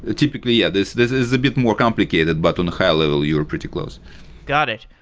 ah typically, yeah this this is a big more complicated. but on a high-level, you're pretty close got it.